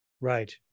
Right